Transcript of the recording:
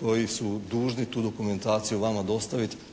koji su dužni tu dokumentaciju vama dostaviti,